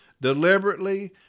deliberately